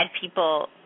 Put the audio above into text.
people